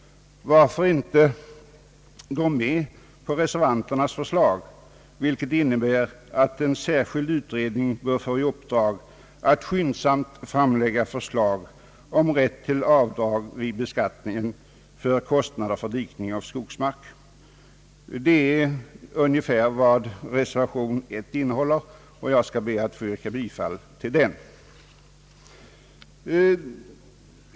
Varför inte gå med på reservanternas förslag, vilket innebär att en särskild utredning bör få i uppdrag att skyndsamt framlägga förslag om rätt till avdrag vid beskattningen för kostnader för dikning av skogsmark. Det är ungefär vad reservationen 1 innehåller, och jag ber att få yrka bifall till den.